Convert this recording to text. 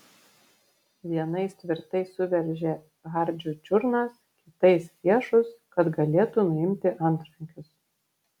vienais tvirtai suveržė hardžio čiurnas kitais riešus kad galėtų nuimti antrankius